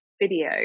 video